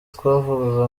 twavuga